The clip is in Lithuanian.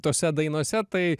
tose dainose tai